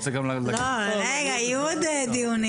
יהיו עוד דיונים.